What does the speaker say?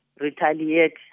retaliate